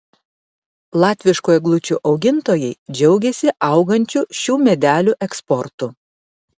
latviškų eglučių augintojai džiaugiasi augančiu šių medelių eksportu